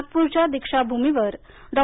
नागपूरच्या दीक्षाभूमीवर डॉ